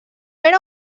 era